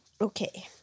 Okay